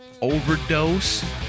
Overdose